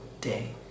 day